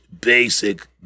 basic